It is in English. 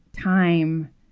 time